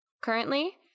Currently